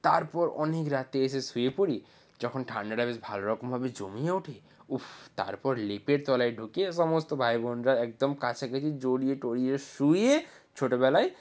তারপর অনেক রাতে এসে শুয়ে পড়ি যখন ঠান্ডাটা বেশ ভালো রকমভাবে জমিয়ে ওঠে উফ্ তারপর লেপের তলায় ঢুকে সমস্ত ভাই বোনরা একদম কাছাকাছি জড়িয়ে টরিয়ে শুয়ে ছোটোবেলায়